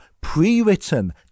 pre-written